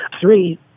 Three